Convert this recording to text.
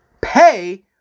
pay